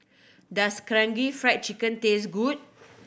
does Karaage Fried Chicken taste good